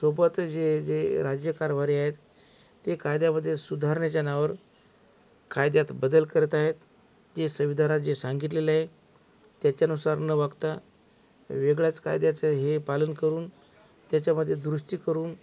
सोबतच जे जे राज्य कारभारी आहेत ते कायद्यामध्ये सुधारण्याच्या नावावर कायद्यात बदल करत आहे जे संविधानात जे सांगितलेलं आहे त्याच्यानुसार न वागता वेगळ्याच कायद्याचं हे पालन करून त्याच्यामध्ये दुरुस्ती करून